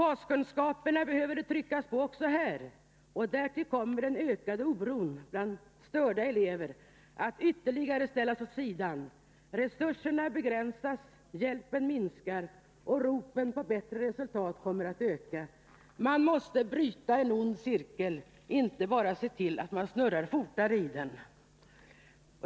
Att behovet av baskunskaper är stort behöver understrykas. Därtill kommer den ökade oron bland störda elever, resurserna begränsas, hjälpen minskar. Och ropen på bättre resultat kommer att öka. Man måste bryta en ond cirkel, inte bara se till att man snurrar fortare i den!